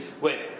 wait